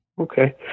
Okay